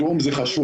התיאום הוא חשוב,